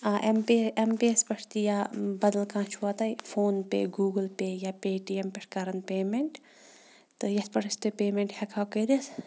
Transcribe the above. آ اٮ۪م پے اٮ۪م پے یَس پٮ۪ٹھ تہِ یا بَدل کانٛہہ چھُوا تۄہہِ فون پے گوٗگٕل پے یا پے ٹی اٮ۪م پٮ۪ٹۍ کَران پیمٮ۪نٛٹ تہٕ یَتھ پٮ۪ٹھ أسۍ تُہۍ پیمٮ۪نٛٹ ہٮ۪کہٕ ہَو کٔرِتھ